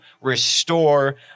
restore